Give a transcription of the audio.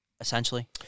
Essentially